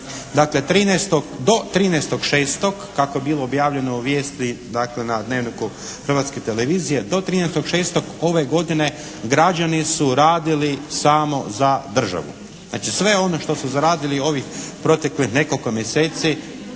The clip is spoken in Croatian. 13.6., do 13.6. kako je bilo objavljeno u vijesti na "Dnevniku" Hrvatske televizije, do 13.6. ove godine građani su radili samo za državu. Znači sve ono što su zaradili ovih proteklih nekoliko mjeseci